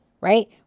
right